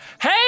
hey